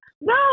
no